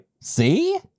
See